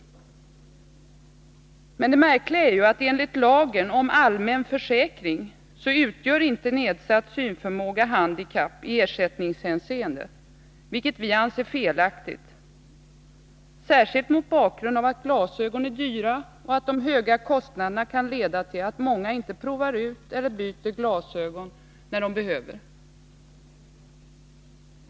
Hjälpmedel till Det märkliga är emellertid att enligt lagen om allmän försäkring utgör inte handikappade nedsatt synförmåga handikapp i ersättningshänseende. Detta anser vi felaktigt, särskilt mot bakgrund av att glasögon är dyra och att de höga kostnaderna kan leda till att många inte provar ut eller byter glasögon när de behöver det.